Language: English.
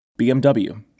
BMW